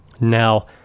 now